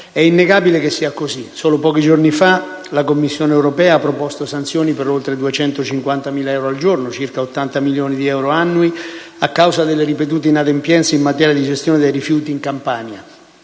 È innegabile che sia così. Solo pochi giorni fa la Commissione europea ha proposto sanzioni per oltre 250.000 euro al giorno (circa 80 milioni di euro annui) a causa delle ripetute inadempienze in materia di gestione dei rifiuti in Campania;